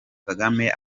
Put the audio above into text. kagame